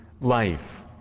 life